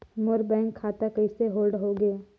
मोर bank खाता कइसे hold होगे?